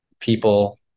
People